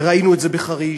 וראינו את זה בחריש,